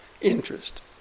interest